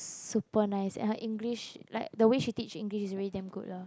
super nice and her English like the way she teach English is damn good lah